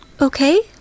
Okay